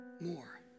more